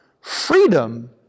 Freedom